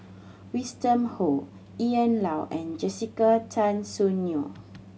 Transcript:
Winston Oh Ian Loy and Jessica Tan Soon Neo